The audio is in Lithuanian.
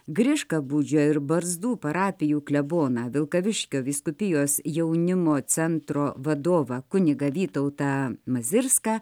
griškabūdžio ir barzdų parapijų kleboną vilkaviškio vyskupijos jaunimo centro vadovą kunigą vytautą mazirską